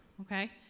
okay